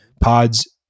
Pods